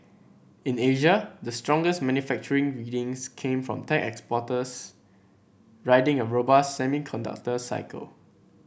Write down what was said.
in Asia the strongest manufacturing readings came from tech exporters riding a robust semiconductor cycle